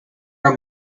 are